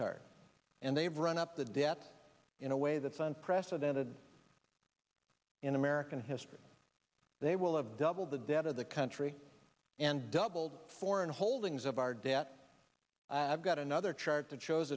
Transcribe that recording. hard and they've run up the debt in a way that's unprecedented in american history they will have doubled the debt of the country and doubled foreign holdings of our debt i've got another chart